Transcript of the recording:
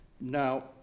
Now